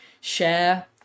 share